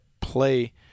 play